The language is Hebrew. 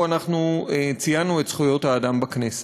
אנחנו ציינו את יום זכויות האדם בכנסת.